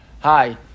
Hi